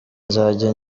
nzajya